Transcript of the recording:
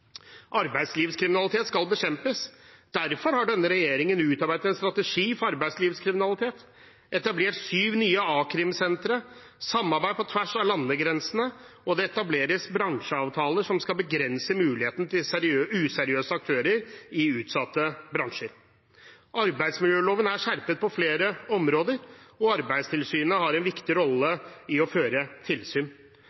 Arbeidslivskriminalitet skal bekjempes. Derfor har denne regjeringen utarbeidet en strategi for arbeidslivskriminalitet, den har etablert syv nye a-krimsentre og samarbeid på tvers av landegrensene, og det etableres bransjeavtaler som skal begrense muligheten til useriøse aktører i utsatte bransjer. Arbeidsmiljøloven er skjerpet på flere områder, og Arbeidstilsynet har en viktig rolle